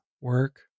work